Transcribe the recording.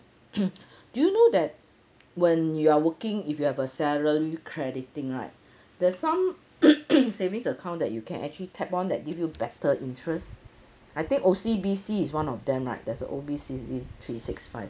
do you know that when you are working if you have a salary crediting right there's some savings account that you can actually tap on that give you better interest I think O_C_B_C is one of them right there's a O_B_C_C three six five